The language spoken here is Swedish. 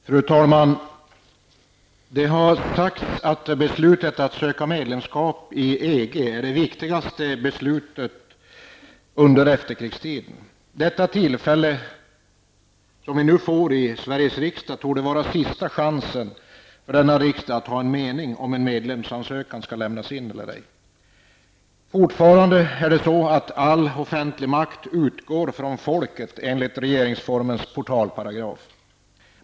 Fru talman! Det har sagts att beslutet om att söka medlemskap i EG är det viktigaste beslutet under efterkrigstiden. Det tillfälle vi nu får torde vara sista chansen för Sveriges riksdag ha en mening om huruvida en medlemsansökan skall lämnas in eller ej. Fortfarande utgår all offentlig makt från folket, enligt regeringsformens portalparagraf.